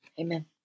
Amen